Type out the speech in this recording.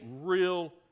real